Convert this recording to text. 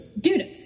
Dude